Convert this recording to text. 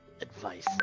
advice